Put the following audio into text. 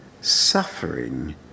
suffering